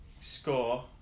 score